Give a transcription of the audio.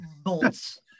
bolts